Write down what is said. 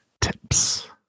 tips